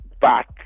back